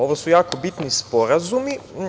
Ovo su jako bitni sporazumi.